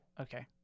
Okay